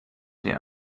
dir